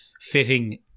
fitting